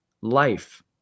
life